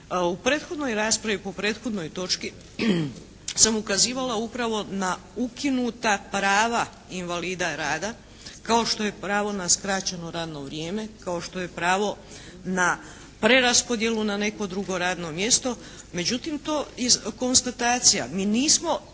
U prethodnoj raspravi, po prethodnoj točki sam ukazivala upravo na ukinuta prava invalida rada kao što je pravo na skraćeno radno vrijeme. Kao što je pravo na preraspodjelu na neko drugo radno mjesto. Međutim to je konstatacija. Mi nismo